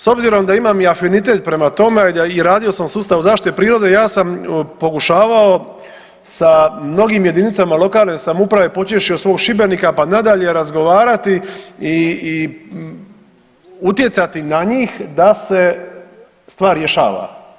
S obzirom da imam i afinitet prema tome i radio sam u sustavu zaštite prirode ja sam pokušavao sa mnogim jedinicama lokalne samouprave, počevši od svog Šibenika pa nadalje razgovarati i utjecati na njih da se stvar rješava.